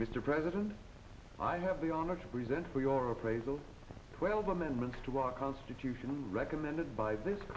mr president i have the honor to present for your appraisal twelve amendments to our constitution recommended